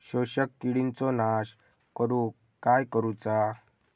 शोषक किडींचो नाश करूक काय करुचा?